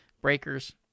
breakers